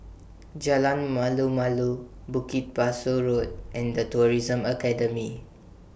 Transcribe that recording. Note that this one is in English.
Jalan Malu Malu Bukit Pasoh Road and The Tourism Academy